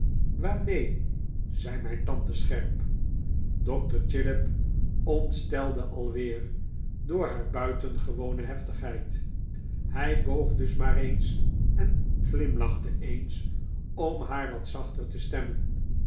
waarmee zei mijn tante scherp dokter chillip ontstelde alweer door haar buitengewone heftigheid hij boog dus maar eens en glimlachte eens om haar wat zachter te stemmen